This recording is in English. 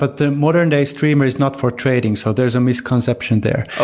but the modern-day streamr is not for trading. so there's a misconception there.